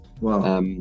Wow